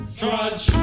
trudge